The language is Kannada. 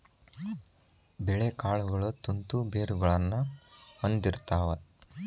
ಬೇಳೆಕಾಳುಗಳು ತಂತು ಬೇರುಗಳನ್ನಾ ಹೊಂದಿರ್ತಾವ